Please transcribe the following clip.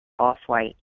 off-white